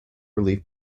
relief